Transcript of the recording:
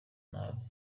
nabi